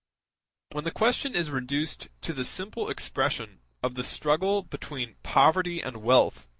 when the question is reduced to the simple expression of the struggle between poverty and wealth,